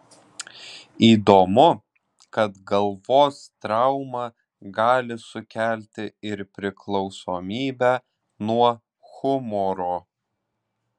įdomu kad galvos trauma gali sukelti ir priklausomybę nuo humoro